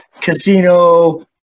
Casino